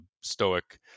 Stoic